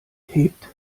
hebt